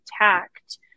attacked